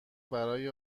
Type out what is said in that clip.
برای